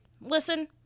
listen